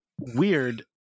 weird